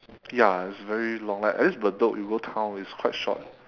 ya it's very long like at least bedok you go town is quite short